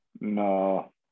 No